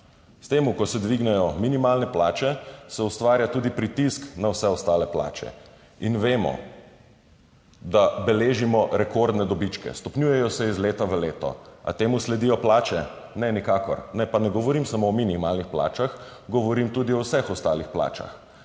S tem, ko se dvignejo minimalne plače, se ustvarja tudi pritisk na vse ostale plače. In vemo, da beležimo rekordne dobičke, stopnjujejo se iz leta v leto. Ali temu sledijo plače? Ne, nikakor. Pa ne govorim samo o minimalnih plačah, govorim tudi o vseh ostalih plačah.